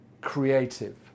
creative